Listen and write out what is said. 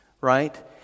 right